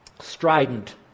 strident